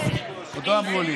עוד לא אמרו לי.